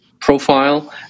profile